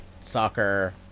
soccer